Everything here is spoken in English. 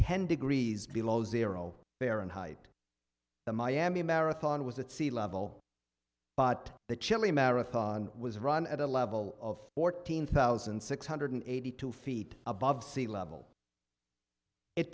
ten degrees below zero fahrenheit the miami marathon was at sea level but the chilly marathon was run at a level of fourteen thousand six hundred eighty two feet above sea level it